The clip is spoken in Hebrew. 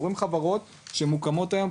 אנחנו רואים חברות שמוקמות היום,